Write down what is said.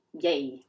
yay